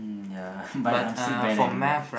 mm ya but I'm still bad at it ah